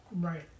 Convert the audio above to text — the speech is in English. Right